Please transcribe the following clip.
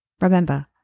Remember